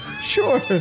Sure